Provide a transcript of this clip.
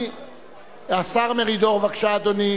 השר מרידור, בבקשה, אדוני.